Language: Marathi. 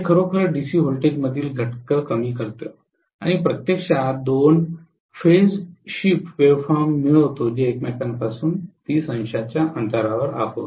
हे खरोखर डीसी व्होल्टेजमधील घटके कमी करते आणि प्रत्यक्षात दोन फेज शिफ्ट वेव्ह फॉर्म मिळविते जे एकमेकांपासून 300 च्या अंतरावर आहेत